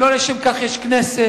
לא לשם כך יש כנסת,